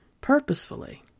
purposefully